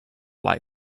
like